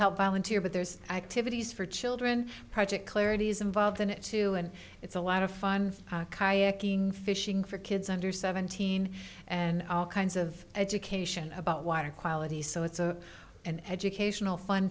helped volunteer but there's activities for children project clarities involved in it too and it's a lot of fun kayaking fishing for kids under seventeen and all kinds of education about water quality so it's a an educational fun